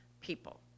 people